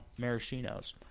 maraschinos